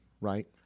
right